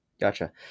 Gotcha